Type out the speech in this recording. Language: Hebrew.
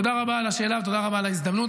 תודה רבה על השאלה ותודה רבה על ההזדמנות.